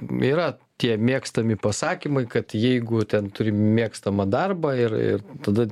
yra tie mėgstami pasakymai kad jeigu ten turi mėgstamą darbą ir ir tada